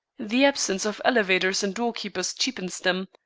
the absence of elevators and doorkeepers cheapens them.